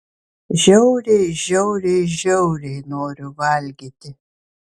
žiauriai žiauriai žiauriai noriu valgyti